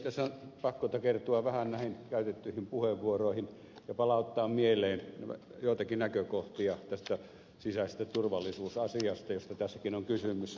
tässä on pakko takertua vähän näihin käytettyihin puheenvuoroihin ja palauttaa mieleen joitakin näkökohtia tästä sisäisestä turvallisuusasiasta josta tässäkin on kysymys